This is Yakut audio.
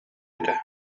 этэ